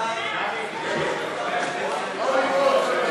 43 נתקבלו.